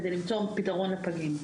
כדי למצוא פתרון לפגים.